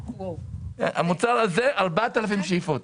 המוצר הזה, 4,000 שאיפות.